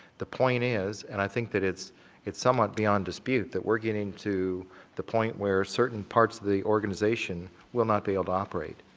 the point is and i think that it's it's somewhat beyond dispute that we're getting to the point where certain parts of the organization will not be of operate.